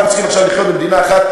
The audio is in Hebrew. אנחנו צריכים עכשיו לחיות במדינה אחת,